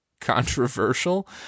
controversial